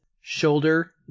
shoulder